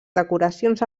decoracions